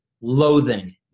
loathing